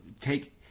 take